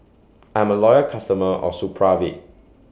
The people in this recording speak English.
I'm A Loyal customer of Supravit